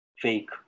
fake